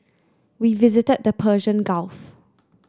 we visited the Persian Gulf